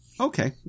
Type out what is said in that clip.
Okay